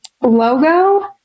logo